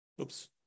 Oops